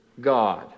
God